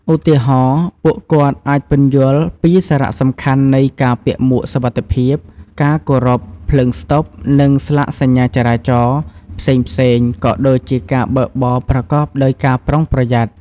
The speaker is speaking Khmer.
ឧទាហរណ៍ ពួកគាត់អាចពន្យល់ពីសារៈសំខាន់នៃ ការពាក់មួកសុវត្ថិភាព ការគោរព ភ្លើងស្តុប និង ស្លាកសញ្ញាចរាចរណ៍ ផ្សេងៗ ក៏ដូចជាការបើកបរប្រកបដោយការប្រុងប្រយ័ត្ន។